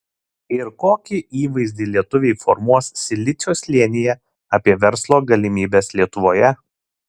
ir kokį įvaizdį lietuviai formuos silicio slėnyje apie verslo galimybes lietuvoje